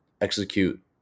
execute